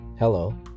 Hello